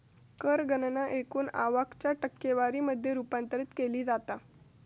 कर गणना एकूण आवक च्या टक्केवारी मध्ये रूपांतरित केली जाता